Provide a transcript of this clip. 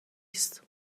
است